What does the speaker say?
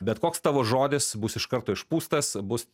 bet koks tavo žodis bus iš karto išpūstas bus